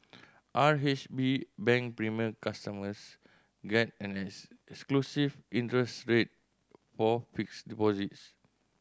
R H B Bank Premier customers get an else exclusive interest rate for fixed deposits